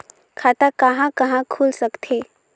खाता कहा कहा खुल सकथे?